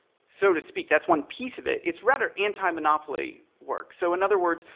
so to speak, that's one piece of it, it's rather antimonopoly work. so in other words,